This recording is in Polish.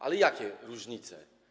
Ale jakie różnice?